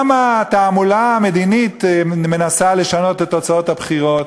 גם התעמולה המדינית מנסה לשנות את תוצאות הבחירות,